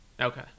okay